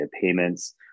payments